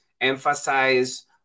emphasize